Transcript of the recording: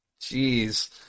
Jeez